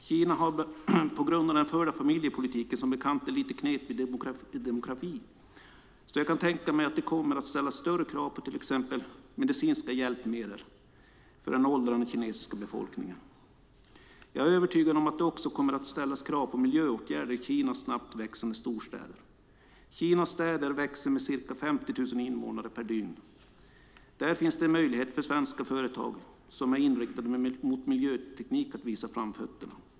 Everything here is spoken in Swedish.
Kina har på grund av den förda familjepolitiken som bekant en lite knepig demografi, så jag kan tänka mig att det kommer att ställas större krav på till exempel medicinska hjälpmedel för den åldrande kinesiska befolkningen. Jag är övertygad om att det också kommer att ställas krav på miljöåtgärder i Kinas snabbt växande storstäder. Kinas städer växer med ca 50 000 invånare per dygn. Där finns det en möjlighet för svenska företag som är inriktade mot miljöteknik att visa framfötterna.